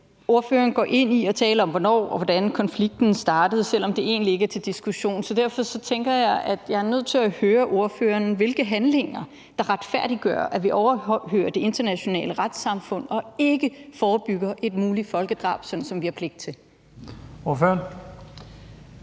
ordføreren går ind i at tale om, hvornår og hvordan konflikten startede, selv om det egentlig ikke er til diskussion. Derfor tænker jeg, at jeg er nødt til at høre ordføreren, hvilke handlinger der retfærdiggør, at vi overhører det internationale retssamfund og ikke forebygger et muligt folkedrab, sådan som vi har pligt til. Kl.